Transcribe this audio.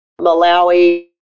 Malawi